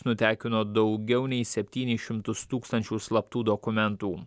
nutekino daugiau nei septynis šimtus tūkstančių slaptų dokumentų